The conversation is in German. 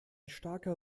starker